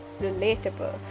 relatable